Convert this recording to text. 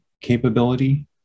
capability